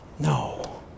No